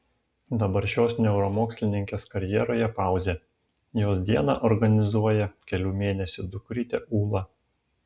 dabar šios neuromokslininkės karjeroje pauzė jos dieną organizuoja kelių mėnesių dukrytė ūla